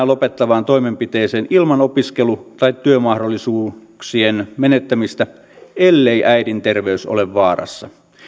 lopettavaan toimenpiteeseen ilman opiskelu tai työmahdollisuuksien menettämistä ellei äidin terveys ole vaarassa